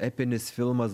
epinis filmas